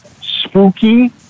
spooky